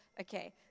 okay